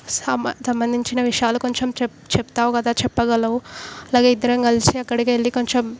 సమ సంబంధించిన విషయాలు కొంచెం చెప్పు చెప్తావు కదా చెప్పగలవు అలాగే ఇద్దరం కలిసి అక్కడికెళ్ళి కొంచెం